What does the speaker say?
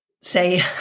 say